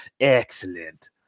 excellent